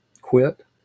quit